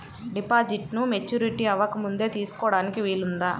డిపాజిట్ను మెచ్యూరిటీ అవ్వకముందే తీసుకోటానికి వీలుందా?